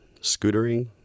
Scootering